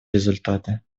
результаты